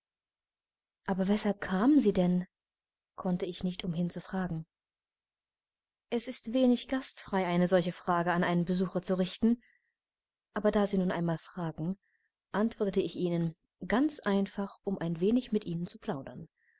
aber weshalb kamen sie denn konnte ich nicht umhin zu fragen es ist wenig gastfrei eine solche frage an einen besucher zu richten aber da sie nun einmal fragen antwortete ich ihnen ganz einfach um ein wenig mit ihnen zu plaudern